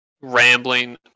rambling